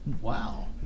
Wow